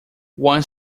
one